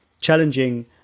challenging